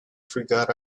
forgot